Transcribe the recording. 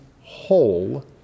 whole